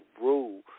rule